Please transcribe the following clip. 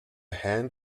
hand